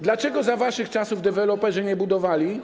Dlaczego za waszych czasów deweloperzy nie budowali?